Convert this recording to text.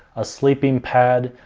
a sleeping pad,